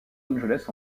angeles